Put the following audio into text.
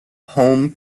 hulme